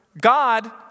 God